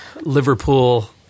Liverpool